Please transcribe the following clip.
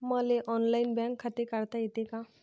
मले online bank खाते काढता येते का?